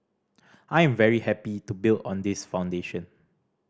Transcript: I am very happy to build on this foundation